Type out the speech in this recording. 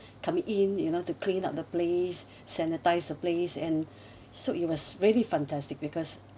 coming in you know to clean up the place sanitise the place and so it was really fantastic because